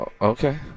Okay